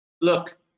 look